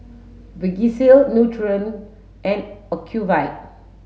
Vagisil Nutren and Ocuvite